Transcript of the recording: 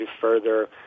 further